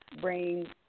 Bring